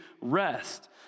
rest